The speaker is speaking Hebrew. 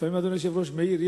לפעמים אדוני היושב-ראש מעיר.